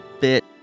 bit